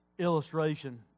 illustration